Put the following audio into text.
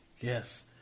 Yes